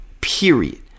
Period